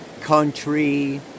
country